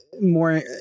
more